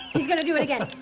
he's gonna do it again.